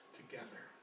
together